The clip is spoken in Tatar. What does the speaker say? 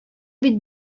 бит